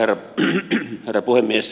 arvoisa herra puhemies